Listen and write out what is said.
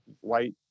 white